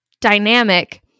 dynamic